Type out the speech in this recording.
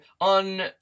on